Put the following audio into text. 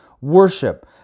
worship